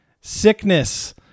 Sickness